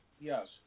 Yes